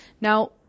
Now